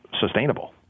sustainable